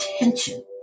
attention